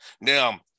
Now